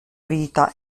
vita